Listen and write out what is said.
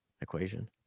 equation